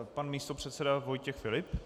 Pan místopředseda Vojtěch Filip.